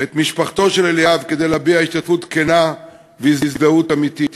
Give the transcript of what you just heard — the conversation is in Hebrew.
את משפחתו של אליאב כדי להביע השתתפות כנה והזדהות אמיתית.